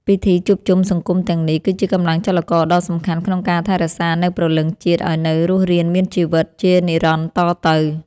ពិធីជួបជុំសង្គមទាំងនេះ គឺជាកម្លាំងចលករដ៏សំខាន់ក្នុងការថែរក្សានូវព្រលឹងជាតិឱ្យនៅរស់រានមានជីវិតជានិរន្តរ៍តទៅ។